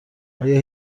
آیا